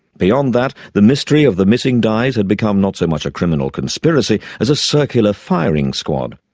beyond that, the mystery of the missing dies had become not so much a criminal conspiracy as a circular firing squad,